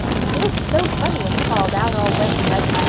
but he looked so funny when he crawled out, all wet and muddy.